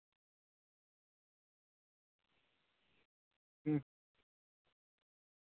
ᱦᱩᱸ